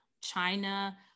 China